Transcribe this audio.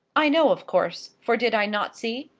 i know, of course for did i not see?